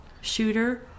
shooter